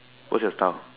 was your style